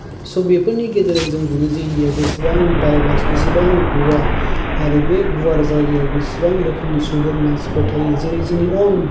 स' बेफोरनि गेजेरजों जों बुङो जे इण्डिया या बेसेबां दायभार्स बेसेबां गुवार आरो बे गुवार जायगायाव बेसेबां रोखोमनि सुबुं मानसिफोर थायो जेरै जोंनि अउन